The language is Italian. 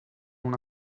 una